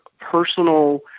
personal –